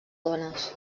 dones